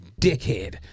dickhead